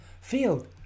field